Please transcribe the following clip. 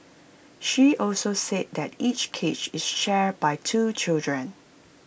she also said that each cage is shared by two children